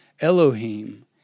Elohim